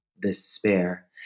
despair